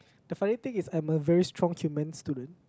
the funny thing is I'm a very strong humans student